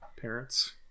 parents